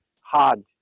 hard